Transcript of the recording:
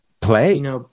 play